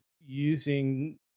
using